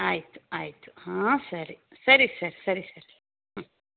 ಆಯಿತು ಆಯಿತು ಹಾಂ ಸರಿ ಸರಿ ಸರ್ ಸರಿ ಸರ್ ಹಾಂ ಹಾಂ